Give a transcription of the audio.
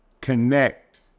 connect